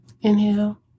Inhale